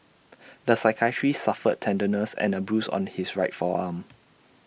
the psychiatrist suffered tenderness and A bruise on his right forearm